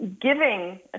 giving